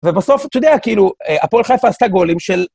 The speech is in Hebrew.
ובסוף, אתה יודע, כאילו, הפועל חיפה עשתה גולים של...